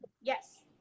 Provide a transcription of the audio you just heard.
Yes